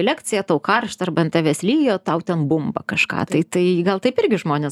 lekcija tau karšta arba ant tavęs lyja o tau ten bumba kažką tai tai gal taip irgi žmonės